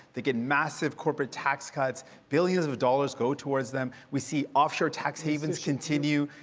they give massive corporate tax cuts. billions of dollars go towards them. we see offshore tax havens continue.